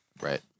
Right